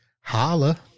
holla